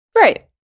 right